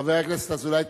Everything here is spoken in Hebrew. חבר הכנסת אזולאי,